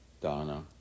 Donna